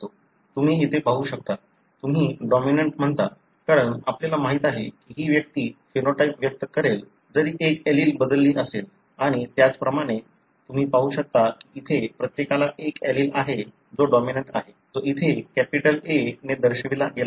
तुम्ही इथे पाहू शकता तुम्ही डॉमिनंट म्हणता कारण आपल्याला माहिती आहे की ही व्यक्ती फेनोटाइप व्यक्त करेल जरी एक एलील बदलली असेल आणि त्याचप्रमाणे तुम्ही पाहू शकता की इथे प्रत्येकाला एक एलील आहे जो डॉमिनंट आहे जो इथे कॅपिटल A ने दर्शविला गेला आहे